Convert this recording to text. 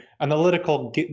analytical